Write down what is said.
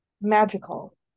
magical